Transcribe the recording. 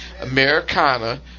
Americana